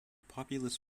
populous